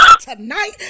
tonight